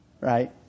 Right